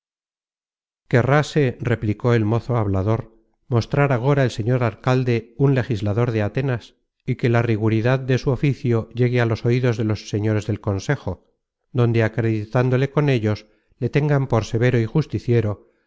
pica querráse replicó el mozo hablador mostrar agora el señor alcalde ser un legislador de atenas y que la riguridad de su oficio llegue á los oidos de los señores del consejo donde acreditándole con ellos le tengan por severo y justiciero